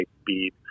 speed